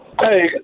Hey